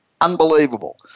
unbelievable